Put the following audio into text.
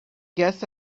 guess